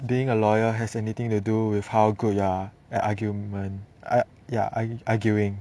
being a lawyer has anything to do with how good you are at argument I ya arguing